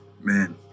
man